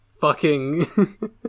Fucking-